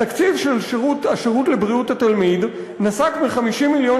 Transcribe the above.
התקציב של השירות לבריאות התלמיד נסק מ-50 מיליון